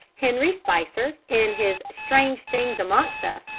henry spicer, in his strange things amongst us,